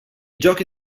giochi